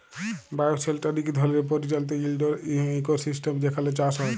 bioshelter ইক ধরলের পরিচালিত ইলডোর ইকোসিস্টেম যেখালে চাষ হ্যয়